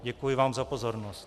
Děkuji vám za pozornost.